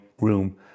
Room